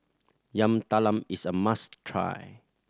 Yam Talam is a must try